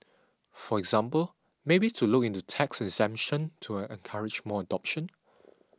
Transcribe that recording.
for example maybe to look into tax exemption to encourage more adoption